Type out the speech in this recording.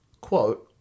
Quote